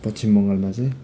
पश्चिम बङ्गालमा चाहिँ